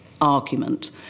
argument